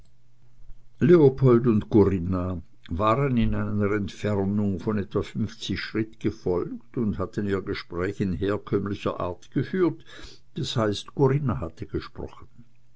leopold und corinna waren in einer entfernung von etwa fünfzig schritt gefolgt und hatten ihr gespräch in herkömmlicher art geführt das heißt corinna hatte gesprochen